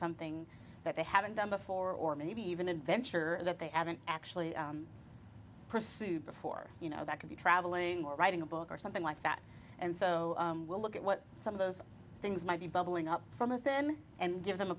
something that they haven't done before or maybe even adventure that they haven't actually pursued before you know that could be traveling or writing a book or something like that and so we'll look at what some of those things might be bubbling up from within and give them a